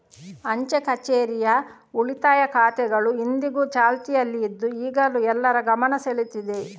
ಅಂಚೆ ಕಛೇರಿಯ ಉಳಿತಾಯ ಖಾತೆಗಳು ಇಂದಿಗೂ ಚಾಲ್ತಿಯಲ್ಲಿ ಇದ್ದು ಈಗಲೂ ಎಲ್ಲರ ಗಮನ ಸೆಳೀತಿದೆ